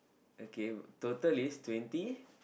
okay total is twenty